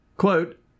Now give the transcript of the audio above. Quote